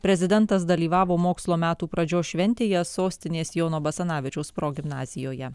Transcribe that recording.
prezidentas dalyvavo mokslo metų pradžios šventėje sostinės jono basanavičiaus progimnazijoje